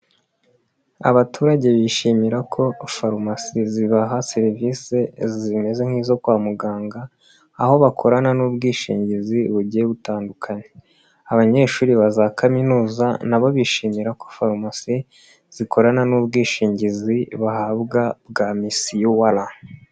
Abaturage bishimira ko farumasi zibaha serivisi zimeze nk'izo kwa muganga, aho bakorana n'ubwishingizi bugiye gutandukanye. Abanyeshuri ba za kaminuza nabo bishimira ko farumasi zikorana n'ubwishingizi bahabwa bwa misi UR.